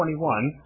21